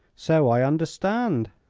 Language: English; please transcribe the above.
so i understand.